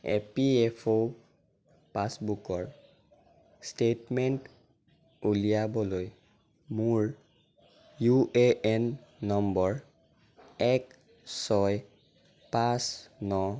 এ P F অ' পাছবুকৰ statement উলিয়াবলৈ মোৰ ইউ এ এন নম্বৰ এক ছয় পাঁচ ন